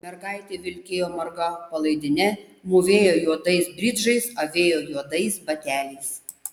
mergaitė vilkėjo marga palaidine mūvėjo juodais bridžais avėjo juodais bateliais